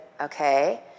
okay